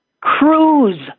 cruise